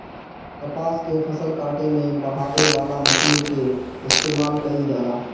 कपास के फसल काटे में बहावे वाला मशीन कअ इस्तेमाल कइल जाला